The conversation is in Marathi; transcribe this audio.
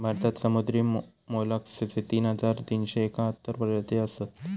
भारतात समुद्री मोलस्कचे तीन हजार तीनशे एकाहत्तर प्रजाती असत